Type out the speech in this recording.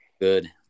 good